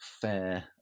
fair